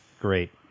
great